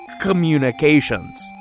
communications